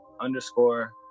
underscore